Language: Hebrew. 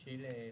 צ'ילה,